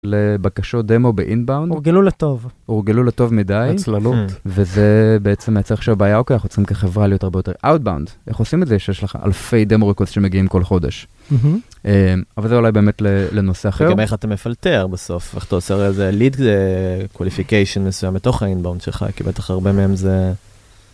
לבקשות דמו באינבאון, הורגלו לטוב, הורגלו לטוב מדי, הצללות, וזה בעצם ייצר עכשיו בעיה, אוקיי, אנחנו צריכים כחברה להיות הרבה יותר אאוטבאונד, איך עושים את זה, שיש לך אלפי דמו-רכוז שמגיעים כל חודש, אבל זה אולי באמת לנושא אחר. וגם איך אתה מפלטר בסוף, איך אתה עושה איזה ליד קוליפיקיישן מסוים בתוך האינבאון שלך, כי בטח הרבה מהם זה...